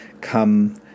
come